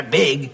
big